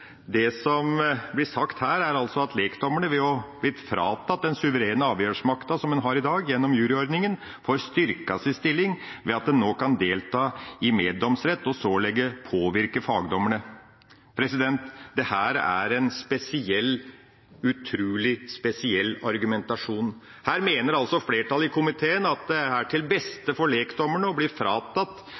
Det som blir sagt her, er altså at lekdommerne ved å bli fratatt den suverene avgjerdsmakta som de har i dag, gjennom juryordninga, får styrket sin stilling ved at de nå kan delta i meddomsrett og således påvirke fagdommerne. Dette er en utrolig spesiell argumentasjon. Her mener altså flertallet i komiteen at det er til beste for lekdommerne å bli fratatt